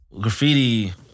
Graffiti